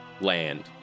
land